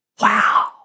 wow